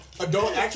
adult